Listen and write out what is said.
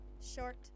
short